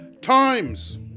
times